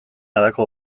halako